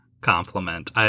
compliment